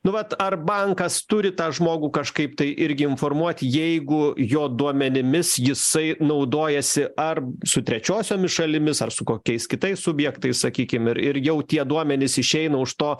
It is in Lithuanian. nu vat ar bankas turi tą žmogų kažkaip tai irgi informuoti jeigu jo duomenimis jisai naudojasi ar su trečiosiomis šalimis ar su kokiais kitais subjektais sakykim ir ir jau tie duomenys išeina už to